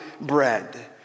bread